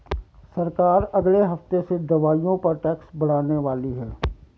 सरकार अगले हफ्ते से दवाइयों पर टैक्स बढ़ाने वाली है